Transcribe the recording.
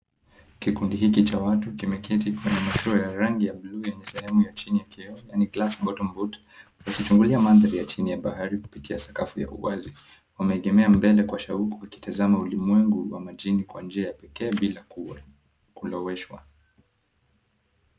Kikundi hiki cha watu, kimeketi kwenye mashua ya rangi ya bluu yenye sehemu ya chini ya kioo, yaani glass bottom boat . Wakichungulia mandhari ya chini ya bahari kupitia sakafu ya uwazi. Wameegemea mbele kwa shauku wakitazama ulimwengu wa majini kwa njia ya pekee bila kuloweshwa.